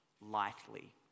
lightly